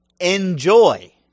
Enjoy